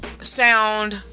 sound